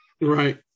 Right